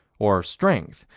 or strength,